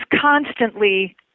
constantly